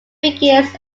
begins